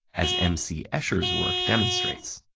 as m c. escher's work demonstrates.